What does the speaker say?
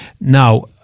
now